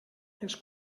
ens